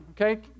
okay